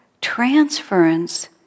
transference